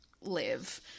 live